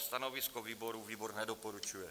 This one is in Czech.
Stanovisko výboru: výbor nedoporučuje.